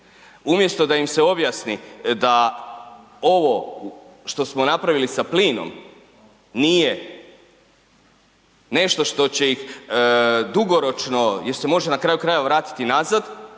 umjesto da im se objasni da ovo što smo napravili sa plinom, nije nešto što će ih dugoročno jer se može na kraju krajeva vratiti nazad,